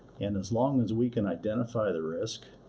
and as long as we can identify the risk,